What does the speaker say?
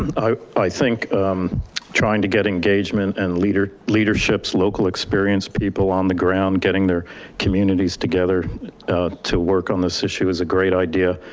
i i think trying to get engagement and leaderships, local experienced people on the ground, getting their communities together to work on this issue as a great idea.